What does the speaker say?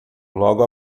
logo